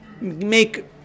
make